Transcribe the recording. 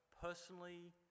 personally